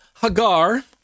Hagar